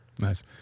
Nice